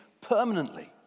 permanently